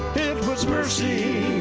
was mercy